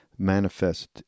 manifest